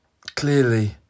clearly